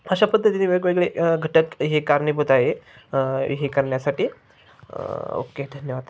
अशा पद्धतीने वेगवेगळे घटक हे कारणीभूत आहे हे करण्यासाठी ओके धन्यवाद